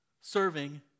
serving